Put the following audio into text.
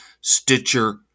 Stitcher